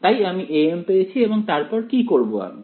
তাই আমি am পেয়েছি এবং তারপর কি করবো আমি